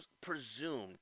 presumed